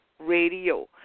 Radio